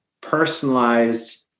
personalized